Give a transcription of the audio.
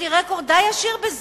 יש לי רקורד די עשיר בזה.